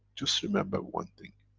just remember one thing.